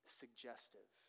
suggestive